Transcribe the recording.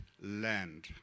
land